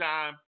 Time